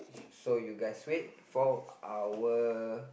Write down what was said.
so you guys wait for our